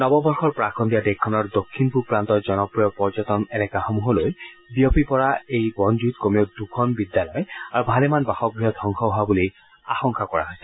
নৱবৰ্যৰ প্ৰাক্ সদ্ধিয়া দেশখনৰ দক্ষিণ পূব প্ৰান্তৰ জনপ্ৰিয় পৰ্যটন এলেকাসমূহলৈ বিয়পি পৰা এই বনজূইত কমেও দুখন বিদ্যালয় আৰু ভালেমান বাসগৃহ ধবংস হোৱা বুলি আশংকা কৰাৰ হৈছে